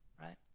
right